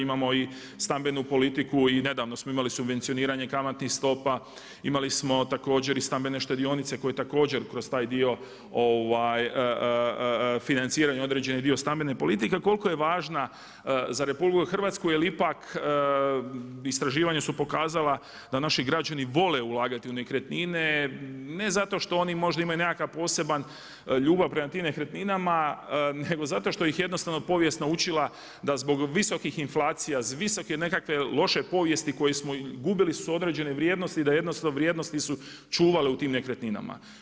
Imamo i stambenu politiku i nedavno smo imali subvencioniranje kamatnih stopa, imali smo također i stambene štedionice koje također kroz taj dio financiranja određene stambene politike koliko je važna za RH jer ipak istraživanja su pokazala da naši građani vole ulagati u nekretnine, ne zato što oni možda imaju nekakav poseban ljubav prema tim nekretninama nego zato što ih je jednostavno povijest naučila da zbog visokih inflacija, visoke nekakve loše povijesti koje smo gubile su se određene vrijednosti da jednostavno vrijednosti su čuvali u tim nekretninama.